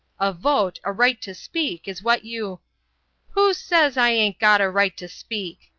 a vote, a right to speak is what you who says i a'n't got a right to speak?